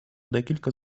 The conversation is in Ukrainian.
декілька